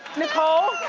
nicole,